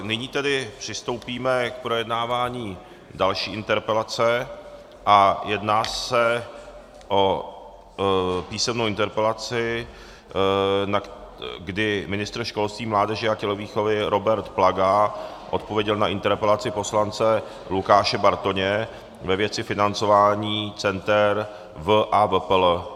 Nyní tedy přistoupíme k projednávání další interpelace a jedná se o písemnou interpelaci, kdy ministr školství, mládeže a tělovýchovy Robert Plaga odpověděl na interpelaci poslance Lukáše Bartoně ve věci financování center VaVpI.